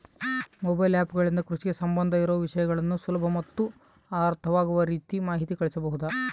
Mobile app ಗಳಿಂದ ಕೃಷಿಗೆ ಸಂಬಂಧ ಇರೊ ವಿಷಯಗಳನ್ನು ಸುಲಭ ಮತ್ತು ಅರ್ಥವಾಗುವ ರೇತಿ ಮಾಹಿತಿ ಕಳಿಸಬಹುದಾ?